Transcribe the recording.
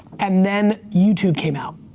and then, youtube came out.